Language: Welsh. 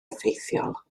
effeithiol